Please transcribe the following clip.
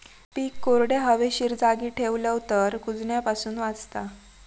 पीक कोरड्या, हवेशीर जागी ठेवलव तर कुजण्यापासून वाचता